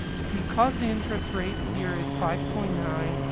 because the interest rate here is five point nine,